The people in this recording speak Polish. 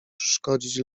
szkodzić